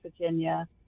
Virginia